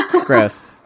gross